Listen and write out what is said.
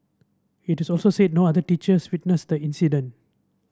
it is also said no other teachers witnessed the incident